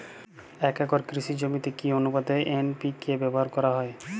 এক একর কৃষি জমিতে কি আনুপাতে এন.পি.কে ব্যবহার করা হয়?